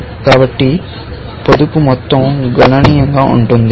కాబట్టి పొదుపు మొత్తం గణనీయంగా ఉంటుంది